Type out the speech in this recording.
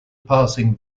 passing